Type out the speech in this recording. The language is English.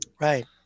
right